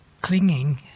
clinging